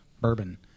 bourbon